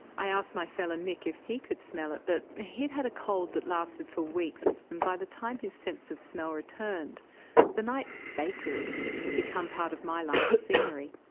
i asked my fella nick if he could smell it but he'd had a cold that lasted for weeks, and by the time his sense of smell returned the night bakery had become part of my life scenery.